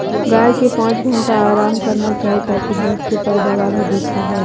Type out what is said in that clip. गाय के पांच घंटा आराम करना चाही ताकि दूध के पैदावार अधिक होबय